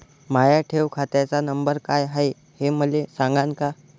माया ठेव खात्याचा नंबर काय हाय हे मले सांगान का?